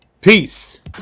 Peace